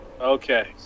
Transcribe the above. Okay